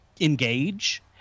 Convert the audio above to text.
engage